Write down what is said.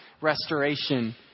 restoration